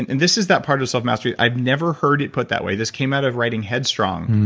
and and this is that part of self mastery i've never heard it put that way. this came out of writing headstrong.